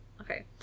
okay